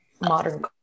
modern